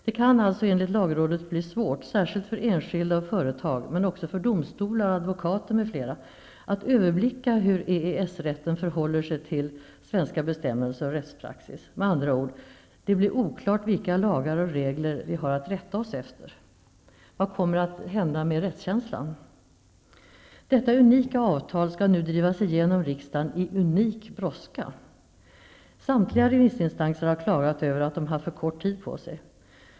Det kan enligt lagrådet bli svårt, särskilt för enskilda och företag men också för domstolar, advokater m.fl., att överblicka hur EES-rätten förhåller sig till svenska bestämmelser och rättspraxis. Med andra ord: det blir oklart vilka lagar och regler vi har att rätta oss efter. Vad kommer att hända med rättskänslan? Detta unika avtal skall nu drivas igenom i riksdagen i unik brådska. Samtliga remissinstanser har klagat över att de haft för kort tid på sig.